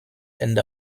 ende